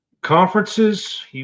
Conferences